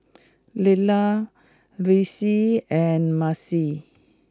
Lelah Reece and Maci